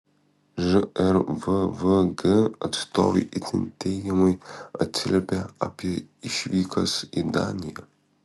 žrvvg atstovai itin teigiamai atsiliepė apie išvykas į daniją